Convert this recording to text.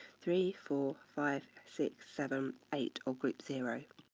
three, four, five, six, seven, eight, or group zero.